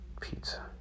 pizza